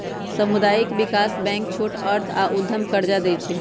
सामुदायिक विकास बैंक छोट अर्थ आऽ उद्यम कर्जा दइ छइ